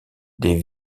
des